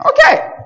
Okay